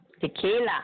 Tequila